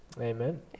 Amen